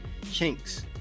chinks